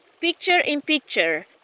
Picture-in-picture